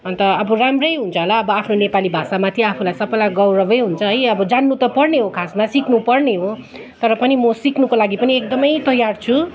अन्त अब राम्रै हुन्छ होला अब आफ्नो नेपाली भाषामाथि आफूलाई सबैलाई गौरवै हुन्छ है अब जान्नु त पर्ने हो खासमा सिक्नु पर्ने हो तर पनि मो सिक्नुको लागि पनि म एकदमै तयार छु